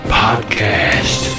podcast